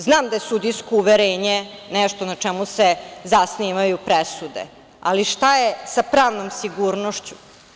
Znam da je sudijsko uverenje nešto na čemu se zasnivaju presude, ali šta je sa pravnom sigurnošću?